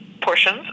portions